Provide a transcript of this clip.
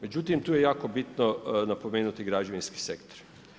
Međutim tu je jako bitno napomenuti građevinski sektor.